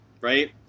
right